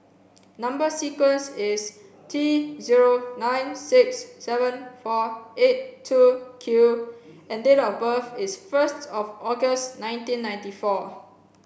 Number sequence is T zero nine six seven four eight two Q and date of birth is first of August nineteen ninety four